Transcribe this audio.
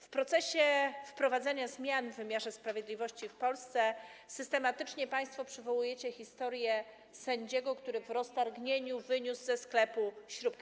W procesie wprowadzania zmian w wymiarze sprawiedliwości w Polsce systematycznie państwo przywołujecie historię sędziego, który w roztargnieniu wyniósł ze sklepu śrubkę.